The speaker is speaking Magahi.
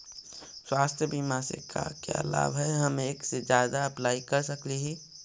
स्वास्थ्य बीमा से का क्या लाभ है हम एक से जादा अप्लाई कर सकली ही?